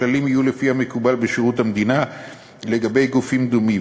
הכללים יהיו לפי המקובל בשירות המדינה לגבי גופים דומים,